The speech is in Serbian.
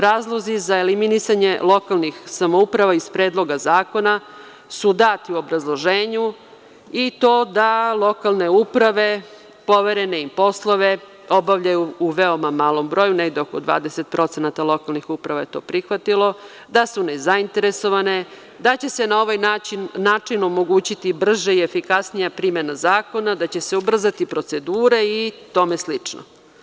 Razlozi za eliminisanje lokalnih samouprava iz Predloga zakona su dati u obrazloženju i to da lokalne uprave poverene im poslove obavljaju u veoma malom broju, negde oko 20% lokalnih uprava je to prihvatilo, da su nezainteresovane, da će se na ovaj način omogućiti brža i efikasnija primena zakona, da će se ubrzati procedura i tome slično.